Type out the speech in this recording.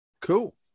Cool